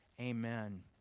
amen